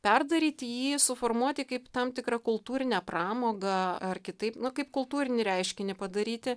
perdaryti jį suformuoti kaip tam tikrą kultūrinę pramogą ar kitaip kaip kultūrinį reiškinį padaryti